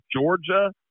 Georgia